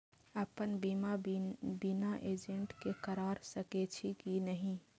अपन बीमा बिना एजेंट के करार सकेछी कि नहिं?